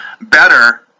better